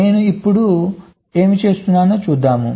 నేను ఇప్పుడు ఏమి చేస్తున్నాను చూద్దాం